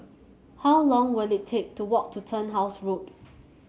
how long will it take to walk to Turnhouse Road